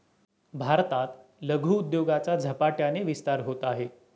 भारतात लघु उद्योगाचा झपाट्याने विस्तार होत आहे